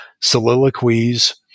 soliloquies